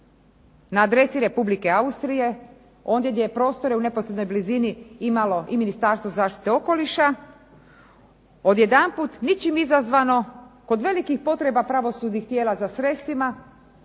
na adresi Republike Austrije ondje gdje je prostore u neposrednoj blizini imalo i Ministarstvo zaštite okoliša odjedanput ničim izazvano kod velikih potreba pravosudnih tijela za sredstvima